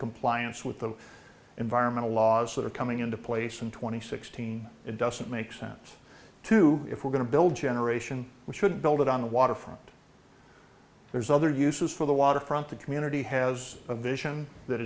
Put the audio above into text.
compliance with the environmental laws that are coming into place and twenty sixteen it doesn't make sense to if we're going to build generation we shouldn't build it on the waterfront there's other uses for the waterfront the community has a vision that